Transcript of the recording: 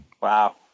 Wow